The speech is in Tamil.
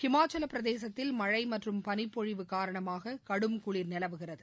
இமாச்சலப் பிரதேசத்தில் மழை மற்றும் பனிப்பொழிவு காரணமாக கடும் குளிர் நிலவுகிறது